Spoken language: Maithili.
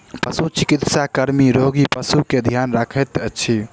पशुचिकित्सा कर्मी रोगी पशु के ध्यान रखैत अछि